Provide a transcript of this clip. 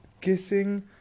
kissing